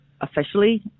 officially